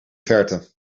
verte